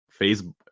Facebook